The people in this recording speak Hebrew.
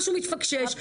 משהו מתפקשש.